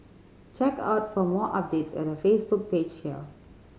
check out for more updates at her Facebook page here